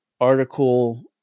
article